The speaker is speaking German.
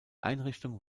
einrichtung